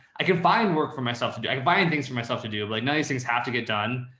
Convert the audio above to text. i can find work for myself to do like buying things for myself to do, but like now these things have to get done.